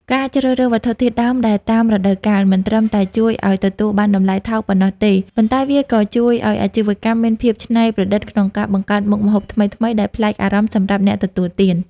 ការជ្រើសរើសវត្ថុធាតុដើមដែលតាមរដូវកាល មិនត្រឹមតែជួយឱ្យទទួលបានតម្លៃថោកប៉ុណ្ណោះទេ ប៉ុន្តែវាក៏ជួយឱ្យអាជីវកម្មមានភាពច្នៃប្រឌិតក្នុងការបង្កើតមុខម្ហូបថ្មីៗដែលប្លែកអារម្មណ៍សម្រាប់អ្នកទទួលទាន។